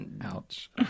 Ouch